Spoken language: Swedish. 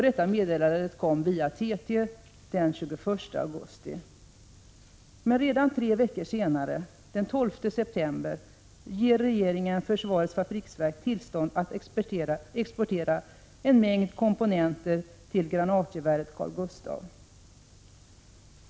Detta meddelande kom via TT den 21 augusti. Redan tre veckor senare, den 12 september, ger regeringen FFV tillstånd att exportera en mängd komponenter till granatgeväret Carl-Gustaf.